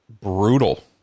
brutal